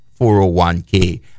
401k